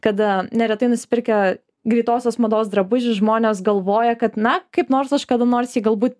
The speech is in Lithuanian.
kada neretai nusipirkę greitosios mados drabužį žmonės galvoja kad na kaip nors aš kada nors jį galbūt